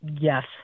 Yes